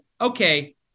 okay